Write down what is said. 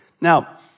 Now